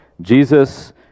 Jesus